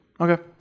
Okay